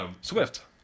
Swift